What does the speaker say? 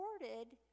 reported